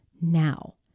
now